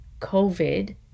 COVID